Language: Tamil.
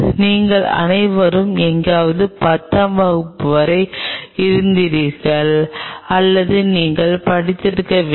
நீங்கள் அனைவரும் எங்காவது 10 ஆம் வகுப்பு வரை இருந்தீர்கள் அல்லது நீங்கள் படித்திருக்க வேண்டும்